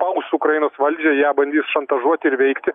spaus ukrainos valdžią ją bandys šantažuoti ir veikti